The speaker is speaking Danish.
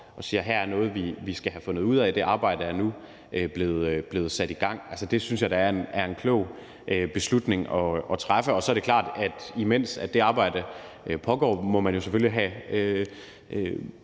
og siger, at her er der noget, vi skal have fundet ud af, og det arbejde er nu blevet sat i gang. Det synes jeg da er en klog beslutning at træffe. Så er det jo selvfølgelig klart, at man, imens det arbejde pågår, må have forsigtighed